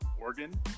Oregon